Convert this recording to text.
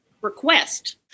request